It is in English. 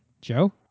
Joe